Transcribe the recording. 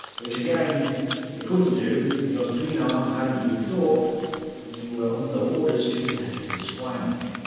which again they couldn't do because pienaar hadn't moved ah up and they were under orders to protect his flank.